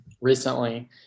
recently